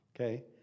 Okay